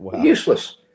Useless